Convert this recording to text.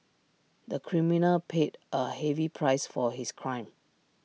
the criminal paid A heavy price for his crime